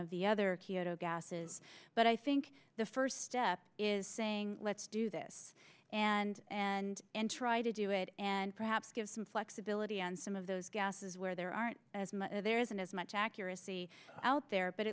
of the other kyoto gases but i think the first step is saying let's do this and and try to do it and perhaps give some flexibility on some of those gases where there aren't as much there isn't as much accuracy out there but